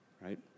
right